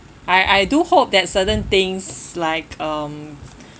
I I do hope that certain things like um